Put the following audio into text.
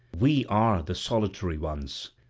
we are the solitary ones,